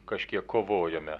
kažkiek kovojome